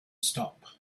stop